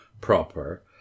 proper